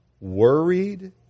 worried